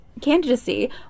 candidacy